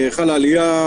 חלה עלייה,